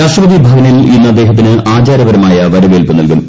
രാഷ്ട്രപതി ഭവനിൽ ഇന്ന് അദ്ദേഹത്തിന് ആചാരപരമായ വരവേൽപ്പ് നൽകും